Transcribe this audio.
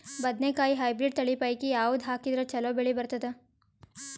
ಬದನೆಕಾಯಿ ಹೈಬ್ರಿಡ್ ತಳಿ ಪೈಕಿ ಯಾವದು ಹಾಕಿದರ ಚಲೋ ಬೆಳಿ ಬರತದ?